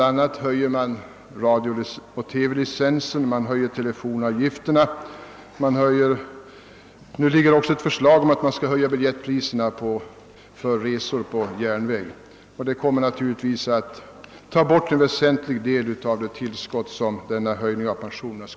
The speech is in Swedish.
a. höjer man radiooch TV-licensen, man höjer telefonavgifterna och nu har också förslag framlagts om höjda biljettpriser på järnvägsresor. Dessa höjningar kommer givetvis att ta bort en väsentlig del av det tillskott som en höjning av pensionerna ger.